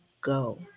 go